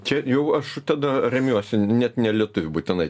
čia jau aš tada remiuosi net ne lietuvių būtinai